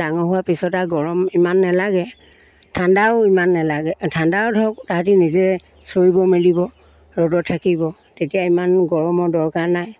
ডাঙৰ হোৱাৰ পিছত আৰু গৰম ইমান নেলাগে ঠাণ্ডাও ইমান নেলাগে ঠাণ্ডাও ধৰক তাহাঁতি নিজে চৰিব মেলিব ৰ'দত থাকিব তেতিয়া ইমান গৰমৰ দৰকাৰ নাই